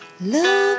Love